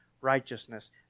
righteousness